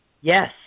Yes